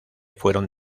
fueron